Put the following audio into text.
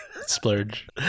Splurge